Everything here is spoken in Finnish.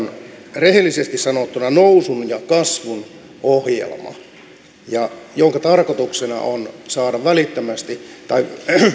rehellisesti sanottuna nousun ja kasvun ohjelma jonka tarkoituksena on saada välittömästi tai